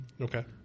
Okay